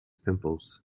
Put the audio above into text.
pimples